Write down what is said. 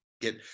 get